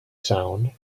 sound